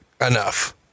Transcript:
enough